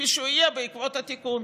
כפי שהוא יהיה בעקבות התיקון.